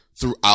throughout